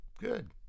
good